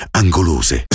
angolose